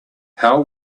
how